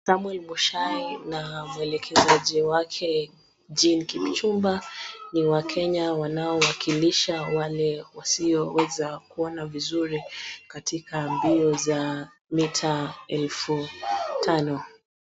Samuel Muchai na mwelekezaji wake Jean Kipchumba ni Wakenya wanaowakilisha wale wasioweza kuona vizuri katika mbio za mita elfu tano.